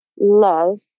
love